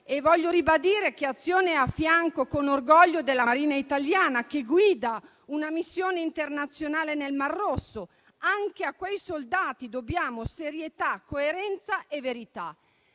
Voglio ribadire che Azione è al fianco, con orgoglio, della Marina italiana, che guida una missione internazionale nel Mar Rosso; anche a quei soldati dobbiamo serietà, coerenza e verità.